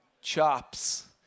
chops